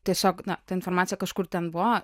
tiesiog na ta informacija kažkur ten buvo